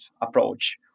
approach